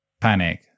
panic